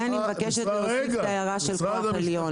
ואני במקשת להוסיף את ההערה של כוח עליון.